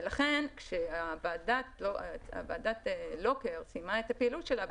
ולכן כשוועדת לוקר סיימה את הפעילות שלה,